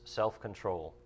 self-control